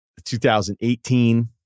2018